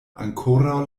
ankoraŭ